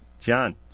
john